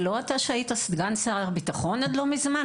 זה לא אתה שהיית סגן שר הביטחון עד לא מזמן?